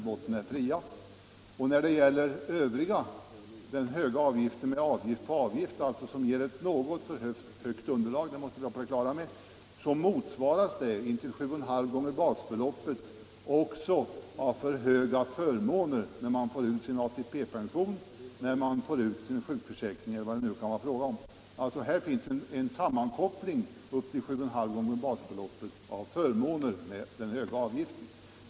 i botten som är fria. När det gäller den höga socialavgiften, med avgift på avgift som ger ett något för högt underlag, skall vi vara på det klara med att den också motsvaras intill 7,5 gånger basbeloppet av för höga förmåner när man får ut sin ATP-pension, sin sjukförsäkring eller vad det kan vara fråga om. Här finns alltså en sammankoppling mellan den höga avgiften och upp till 7,5 gånger basbeloppet av förmåner.